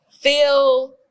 feel